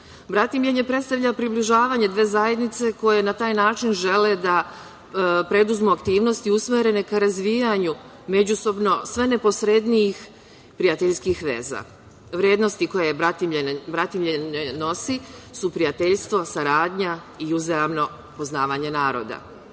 gradova. Bratimljenje predstavlja približavanje dve zajednice koje na taj način žele da preduzmu aktivnosti usmerene ka razvijanju međusobno sve neposrednijih prijateljskih veza. Vrednosti koje bratimljenje nosi su prijateljstvo, saradnja i uzajamno upoznavanje naroda. Mi